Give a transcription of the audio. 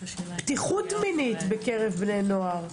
פתיחות מינית בקרב בני נוער.